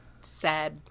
sad